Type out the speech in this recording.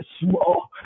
small